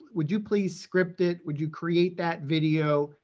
would you please script it, would you create that video,